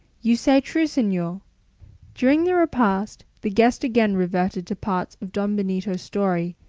you say true, senor. during the repast, the guest again reverted to parts of don benito's story,